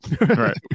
right